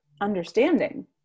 understanding